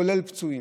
כולל פצועים,